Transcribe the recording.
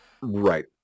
Right